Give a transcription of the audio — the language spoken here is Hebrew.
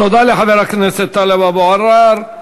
תודה לחבר הכנסת טלב אבו עראר.